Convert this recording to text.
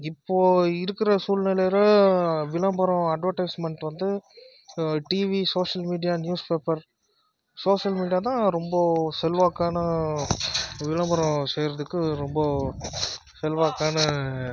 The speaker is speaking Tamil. இப்போது இருக்கிற சூழ்நிலையில் விளம்பரம் அட்வடைஸ்மென்ட் வந்து TV social media newspaper social media தான் ரொம்ப செல்வாக்கான விளம்பரம் செய்வதுக்கு ரொம்ப செல்வாக்கான